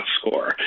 score